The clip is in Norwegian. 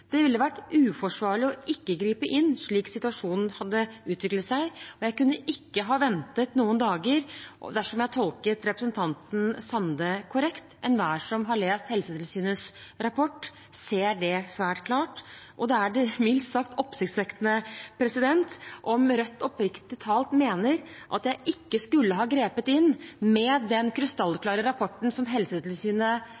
Det ville ha vært uforsvarlig ikke å gripe inn, slik situasjonen hadde utviklet seg. Jeg kunne ikke ha ventet noen dager – dersom jeg tolket det representanten Sande sa, korrekt. Enhver som har lest Helsetilsynets rapport, ser det svært klart. Da er det mildt sagt oppsiktsvekkende om Rødt oppriktig talt mener at jeg ikke skulle ha grepet inn – med den